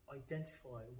identify